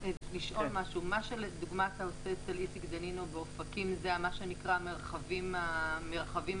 מה שאתה עושה אצל איציק דנינו באופקים זה מה שנקרא המרחבים העסקיים?